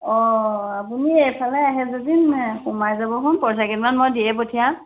অঁ আপুনি এইফালে আহে যদি সোমাই যাবচোন পইচা কেইটামান মই দিয়ে পঠিয়াম